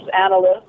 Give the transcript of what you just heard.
analysts